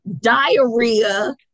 diarrhea